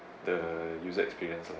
the user experiences lah